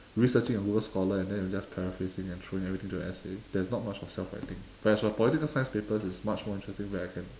researching on google scholar and then you're just paraphrasing and throwing everything into the essay there's not much of self writing whereas for political science papers is much more interesting where I can